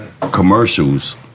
commercials